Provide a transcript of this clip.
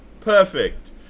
perfect